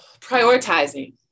prioritizing